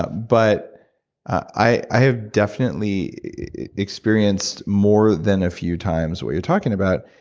ah but i have definitely experienced more than a few times what you're talking about.